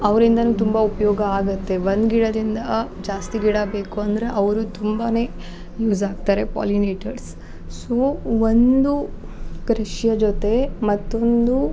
ಅವ್ರಿಂದಲೂ ತುಂಬ ಉಪಯೋಗ ಆಗುತ್ತೆ ಒಂದು ಗಿಡದಿಂದ ಜಾಸ್ತಿ ಗಿಡ ಬೇಕು ಅಂದರೆ ಅವರು ತುಂಬನೇ ಯೂಸ್ ಆಗ್ತಾರೆ ಪಾಲಿನೇಟರ್ಸ್ ಸೊ ಒಂದು ಕೃಷಿ ಜೊತೆ ಮತ್ತೊಂದು